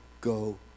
go